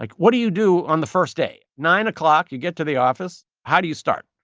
like what do you do on the first day? nine o'clock, you get to the office. how do you start?